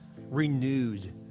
renewed